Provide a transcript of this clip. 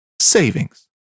savings